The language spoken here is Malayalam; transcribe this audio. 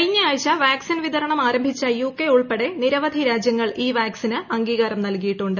കഴിഞ്ഞ ആഴ്ച വാക്സിൻ വിതരണം ആരംഭിച്ച യുകെ ഉൾപ്പെടെ നിരവധി രാജ്യങ്ങൾ ഈ വാക്സിന് അംഗീകാരം നൽകിയിട്ടുണ്ട്